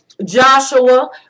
Joshua